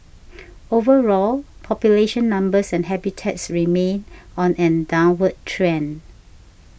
overall population numbers and habitats remain on a downward trend